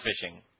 fishing